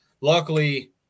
luckily